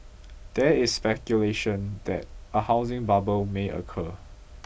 there is speculation that a housing bubble may occur